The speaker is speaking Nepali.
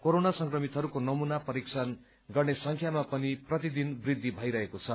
कोराना संक्रमितहरूको नमूना परीक्षण गर्ने संख्यामा पनि प्रतिदिन वृद्धि भइरहेको छ